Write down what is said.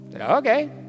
Okay